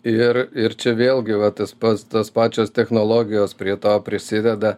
ir ir čia vėlgi va tas pats tos pačios technologijos prie to prisideda